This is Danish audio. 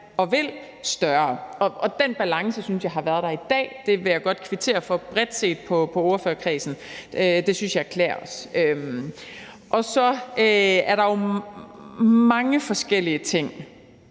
og vil. Den balance synes jeg har været der i dag, og det vil jeg godt kvittere for bredt set over for ordførerkredsen, for det synes jeg klæder os. Så er der jo mange forskellige ting,